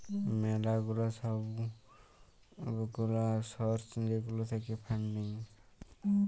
ম্যালা গুলা সব গুলা সর্স যেগুলা থাক্যে ফান্ডিং এ